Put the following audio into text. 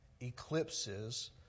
eclipses